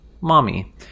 mommy